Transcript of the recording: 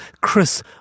Chris